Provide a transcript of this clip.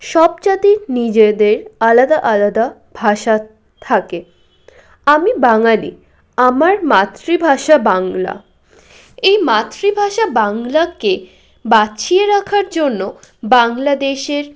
সব জাতি নিজেদের আলাদা আলাদা ভাষা থাকে আমি বাঙালি আমার মাতৃভাষা বাংলা এই মাতৃভাষা বাংলাকে বাঁচিয়ে রাখার জন্য বাংলাদেশের